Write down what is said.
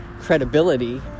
credibility